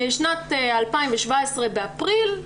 בשנת 2017 באפריל,